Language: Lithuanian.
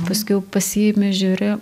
paskiau pasiėmi žiūri